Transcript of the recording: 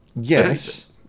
Yes